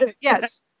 Yes